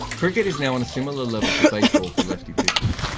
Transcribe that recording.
cricket is now on a similar level to baseball for lefty pitchers.